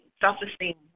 self-esteem